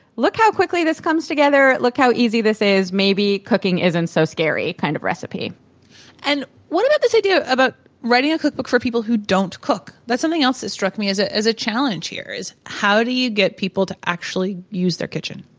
look how quickly this comes together, look how easy this is, maybe cooking isn't so scary kind of recipe and what about this idea about writing a cookbook for people who don't cook? that's something else that struck me as ah as a challenge here is, how do you get people to actually use their kitchen?